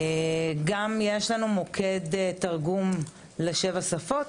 גם יש לנו מוקד תרגום לשבע שפות,